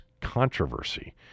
controversy